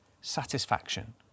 satisfaction